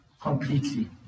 completely